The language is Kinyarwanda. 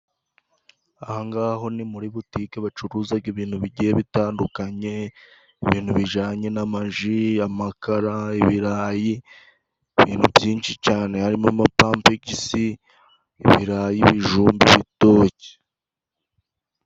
Ahangaha ho ni muri butike bacuruzaga ibintu bigiye bitandukanye, ibintu bijanye n'amaji, amakara, ibirayi ibintu byinshi cane harimo amapampegisi, ibirayi ibijumba, ibitoke...